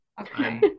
Okay